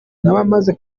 n’abamaze